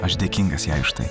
aš dėkingas jai už tai